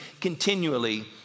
continually